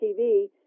TV